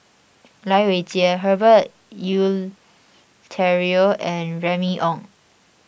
Lai Weijie Herbert Eleuterio and Remy Ong